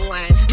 one